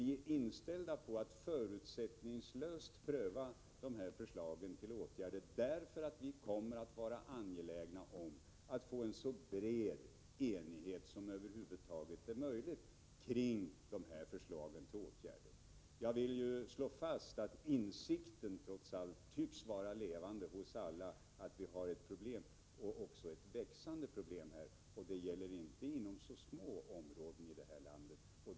Vi är inställda på att förutsättningslöst pröva förslagen till åtgärder, eftersom vi kommer att vara angelägna om att få en så bred enighet som över huvud taget är möjlig kring dem. Jag vill slå fast att insikten trots allt tycks vara levande hos alla om att vi har ett problem — och det är ett växande problem. Detta gäller inom många områden i landet.